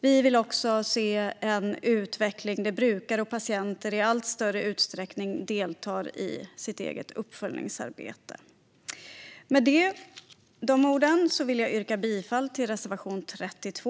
Vi vill också se en utveckling där brukare och patienter i allt större utsträckning deltar i sitt eget uppföljningsarbete. Med de orden vill jag yrka bifall till reservation 32.